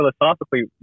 philosophically